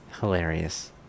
hilarious